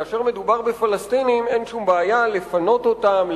כאשר מדובר בפלסטינים אין שום בעיה לפנות אותם,